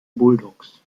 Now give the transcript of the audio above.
bulldogs